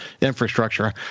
infrastructure